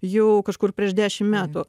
jau kažkur prieš dešim metų